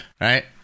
right